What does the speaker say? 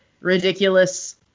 ridiculous